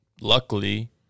luckily